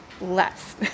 less